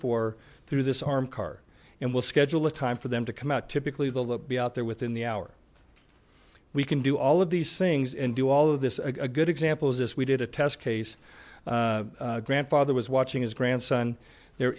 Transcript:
for through this arm car and we'll schedule a time for them to come out typically the be out there within the hour we can do all of these things and do all of this a good example is this we did a test case grandfather was watching his grandson there